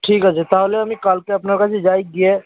ঠিক আছে তাহলে আমি কালকে আপনার কাছে যাই গিয়ে